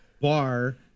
bar